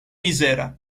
mizera